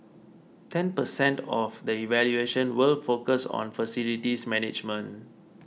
ten percent of the evaluation will focus on facilities management